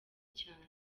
cyane